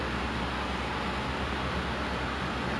so that was quite like close to my heart lah